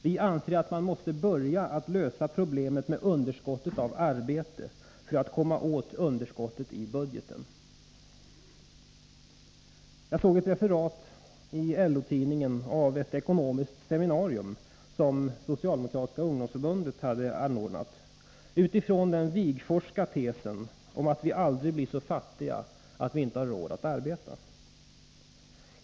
Vi anser att man måste börja att lösa problemet med underskottet av arbete, för att komma åt underskottet i budgeten. Jag såg ett referat i LO-tidningen av ett ekonomiskt seminarium som SSU hade anordnat utifrån den Wigforsska tesen om att vi aldrig blir så fattiga att vi inte har råd att arbeta.